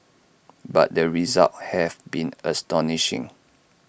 but the results have been astonishing